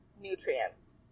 nutrients